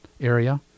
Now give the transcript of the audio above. area